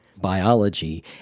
biology